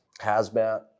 hazmat